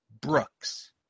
Brooks